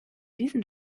diesen